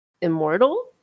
immortal